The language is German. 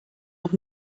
auch